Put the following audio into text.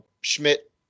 Schmidt